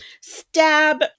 stab